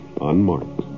unmarked